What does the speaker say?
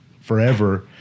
forever